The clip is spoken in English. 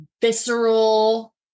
visceral